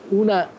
una